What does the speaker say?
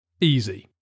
Easy